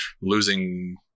losing